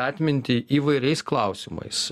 atmintį įvairiais klausimais